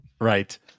Right